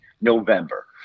November